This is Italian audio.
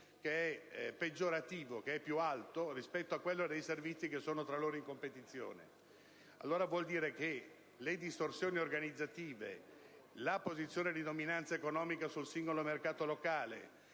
prezzi peggiore e più alto rispetto a quello dei servizi tra loro in competizione. Questo vuol dire che le distorsioni organizzative e la posizione di dominanza economica sul singolo mercato locale